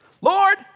Lord